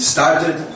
Started